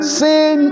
sin